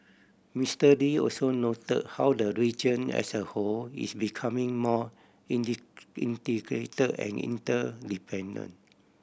Mister Lee also note how the region as a whole is becoming more integrate and interdependent